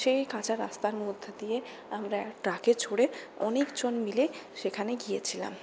সেই কাঁচা রাস্তার মধ্যে দিয়ে আমরা ট্রাকে চড়ে অনেক জন মিলে সেখানে গিয়েছিলাম